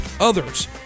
others